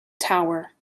tower